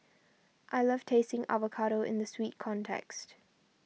I love tasting avocado in the sweet context